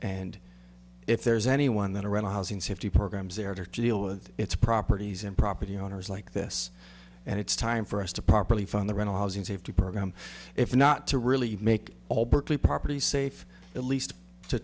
and if there's anyone that around i was in safety programs they're there to deal with its properties and property owners like this and it's time for us to properly fund the rental housing safety program if not to really make all berkeley property safe at least to